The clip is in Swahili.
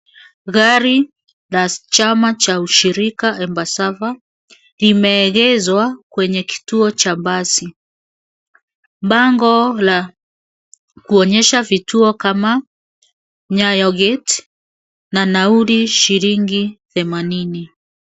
Gari la chama cha ushirika Embasava kimeegezwa kwenye kituo cha basi ,bango la kuonyesha vituo kama Nyayo gate na nauli shilingi themanini.